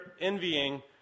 envying